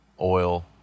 Oil